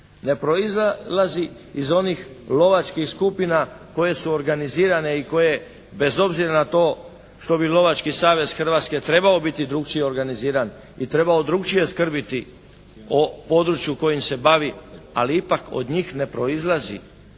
Ne proizlazi iz onih lovačkih skupina koje su organizirane i koje bez obzira na to što bi Lovački savez Hrvatske trebao biti drukčije organiziran i trebao drukčije skrbiti o području kojim se bavi, ali ipak od njih ne proizlazi